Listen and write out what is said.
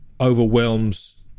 overwhelms